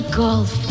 golf